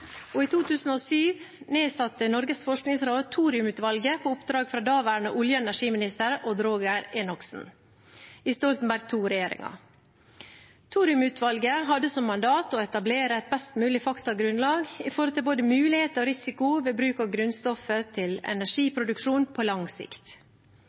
og i 2007 nedsatte Norges forskningsråd thoriumutvalget på oppdrag fra daværende energiminister Odd Roger Enoksen i Stoltenberg II-regjeringen. Thoriumutvalget hadde som mandat å etablere et best mulig faktagrunnlag når det gjelder både mulighet og risiko ved bruk av grunnstoffet til